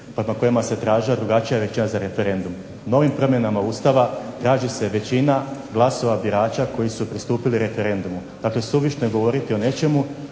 prema kojemu se tražila drugačija većina za referendum. Novim promjenama Ustava traži se većina glasova birača koji su pristupili referendumu. Dakle, suvišno je govoriti o nečemu